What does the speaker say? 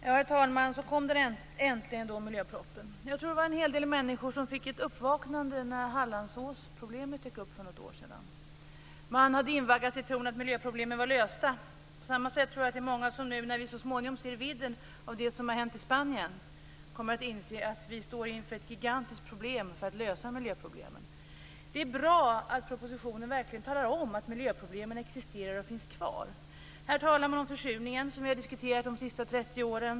Herr talman! Så kom den då äntligen, miljöpropositionen. Jag tror att det var en hel del människor som fick ett uppvaknande när Hallandsåsproblemet dök upp för något år sedan. Man hade invaggats i tron att miljöproblemen var lösta. På samma sätt tror jag att det är många som, när vi så småningom ser vidden av det som har hänt i Spanien, kommer att inse att vi står inför en gigantiskt uppgift när det gäller att lösa miljöproblemen. Det är bra att propositionen verkligen talar om att miljöproblemen existerar och finns kvar. Här talar man om försurningen, som har diskuterats de senaste 30 åren.